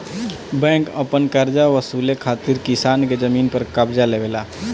bank अपन करजा वसूले खातिर किसान के जमीन पर कब्ज़ा लेवेला